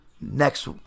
Next